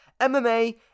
MMA